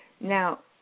Now